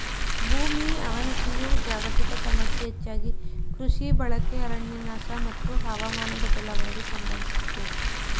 ಭೂಮಿ ಅವನತಿಯು ಜಾಗತಿಕ ಸಮಸ್ಯೆ ಹೆಚ್ಚಾಗಿ ಕೃಷಿ ಬಳಕೆ ಅರಣ್ಯನಾಶ ಮತ್ತು ಹವಾಮಾನ ಬದಲಾವಣೆಗೆ ಸಂಬಂಧಿಸಿದೆ